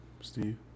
Steve